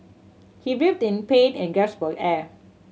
he writhed in pain and gasped for air